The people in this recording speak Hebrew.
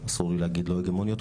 אסור לי להגיד לא הגמוניות,